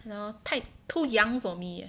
ya lor 太 too young for me eh